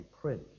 print